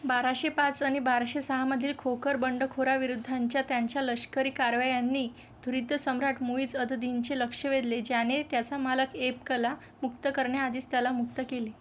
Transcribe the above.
बाराशे पाच आणि बाराशे सहामधील खोखर बंडखोरांविरुद्धांच्या त्यांच्या लष्करी कारवायांनी घुरिद सम्राट मुईझ अद दिनचे लक्ष वेधले ज्याने त्याचा मालक ऐबकला मुक्त करण्याआधीच त्याला मुक्त केले